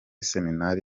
seminari